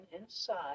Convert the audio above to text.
inside